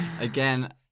Again